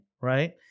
right